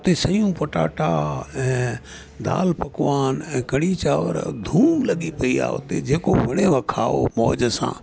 उते सयूं पटाटा ऐं दालि पकवान ऐं कड़ी चांवर धूम लॻी पई आहे उते जेको वणेव खाओ मौज सां